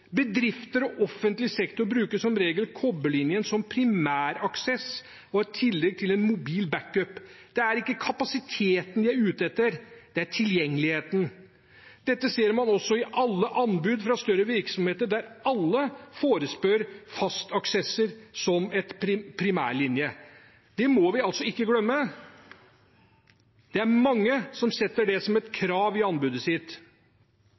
Bedrifter og offentlig sektor bruker som regel kobberlinjen som primæraksess og i tillegg til en mobil backup. Det er ikke kapasiteten de er ute etter, det er tilgjengeligheten. Dette ser man også i alle anbud fra større virksomheter, der alle forespør fastaksesser som primærlinje. Det må vi ikke glemme. Det er mange som stiller det som et krav i anbudet sitt.